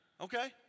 Okay